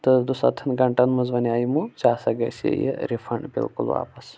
تہٕ دُسَتتھَن گنٹَن منٛز ووٚن یِمو ژےٚ ہسا گژھِ یہِ رِفنٛڈ بالکُل واپَس